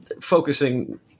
focusing